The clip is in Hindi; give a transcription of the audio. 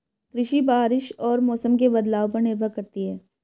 कृषि बारिश और मौसम के बदलाव पर निर्भर करती है